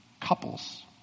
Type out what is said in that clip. couples